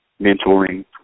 mentoring